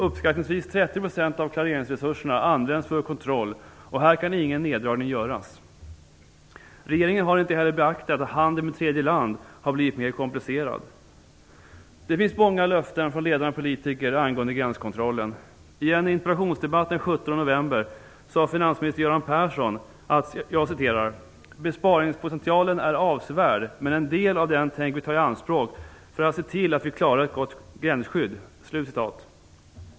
Uppskattningsvis används 30 % av klareringsresurserna för kontroll, och här kan ingen neddragning göras. Regeringen har inte heller beaktat att handeln med tredje land har blivit mer komplicerad. Det finns många löften från ledande politiker angående gränskontrollen. I en interpellationsdebatt den "besparingspotentialen är avsevärd, men en del av den tänker vi ta i anspråk för att se till att vi klarar ett gott gränsskydd".